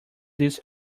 this